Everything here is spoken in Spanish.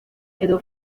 quedó